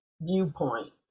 viewpoint